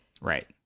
Right